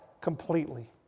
completely